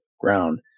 ground